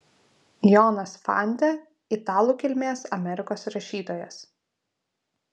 johnas fante italų kilmės amerikos rašytojas